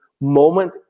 moment